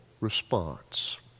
response